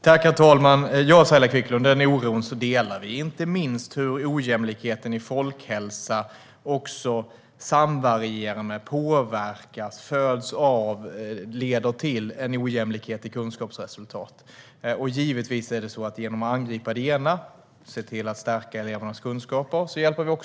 Herr talman! Ja, Saila Quicklund: Vi delar den oron, inte minst vad gäller hur ojämlikheten i folkhälsan samvarierar med, påverkas av, följs av och leder till en ojämlikhet i kunskapsresultat. Givetvis är det så att vi genom att angripa det ena - genom att se till att stärka elevernas kunskaper - hjälper det andra.